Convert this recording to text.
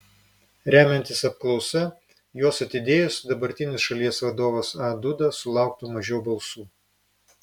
remiantis apklausa juos atidėjus dabartinis šalies vadovas a duda sulauktų mažiau balsų